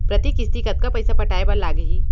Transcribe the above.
प्रति किस्ती कतका पइसा पटाये बर लागही?